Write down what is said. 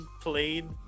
played